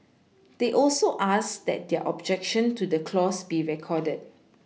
they also asked that their objection to the clause be recorded